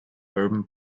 urban